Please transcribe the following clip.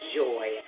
joy